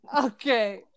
Okay